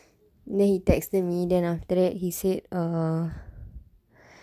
then he texted me then after that he said err